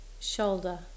shoulder